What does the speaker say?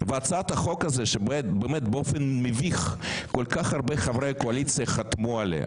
והצעת החוק הזאת - שבאמת באופן מביך כל כך הרבה חברי קואליציה חתמו עליה